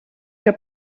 que